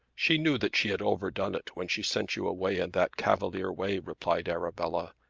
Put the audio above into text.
she knew that she had overdone it when she sent you away in that cavalier way, replied arabella,